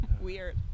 Weird